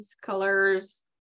colors